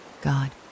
God